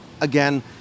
again